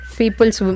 people's